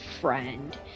friend